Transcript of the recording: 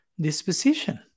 disposition